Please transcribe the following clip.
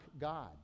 god